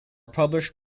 published